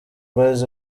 boyz